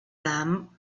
them